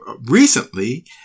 recently